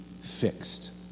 fixed